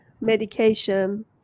medication